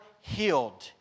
healed